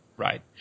Right